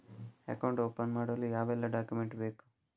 Account open ಮಾಡಲು ಯಾವೆಲ್ಲ document ಬೇಕು?